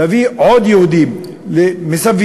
להביא עוד יהודים מסביב,